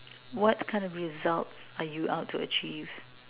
what kind of results are you out to achieve